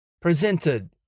presented